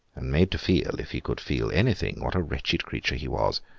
and made to feel, if he could feel anything, what a wretched creature he was.